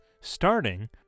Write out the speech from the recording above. Starting